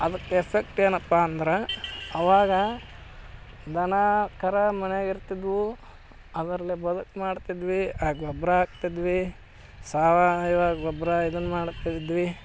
ಮತ್ತು ಎಫೆಕ್ಟ್ ಏನಪ್ಪ ಅಂದ್ರೆ ಅವಾಗ ದನ ಕರು ಮನೆಯಾಗ ಇರ್ತಿದ್ದವು ಅದ್ರಲ್ಲೇ ಬದುಕು ಮಾಡ್ತಿದ್ವಿ ಆ ಗೊಬ್ಬರ ಹಾಕ್ತಿದ್ವಿ ಸಾವಯವ ಗೊಬ್ಬರ ಇದನ್ನು ಮಾಡ್ತಿದ್ವಿ